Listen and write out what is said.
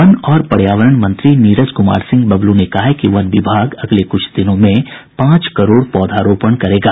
one और पर्यावरण मंत्री नीरज कुमार सिंह बबलू ने कहा है कि वन विभाग अगले कुछ दिनों में पांच करोड़ पौधारोपण करेगा